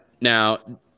Now